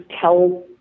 tell